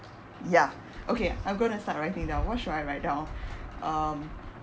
ya okay I'm going to start writing down what should I write down um